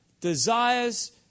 desires